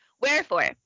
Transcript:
Wherefore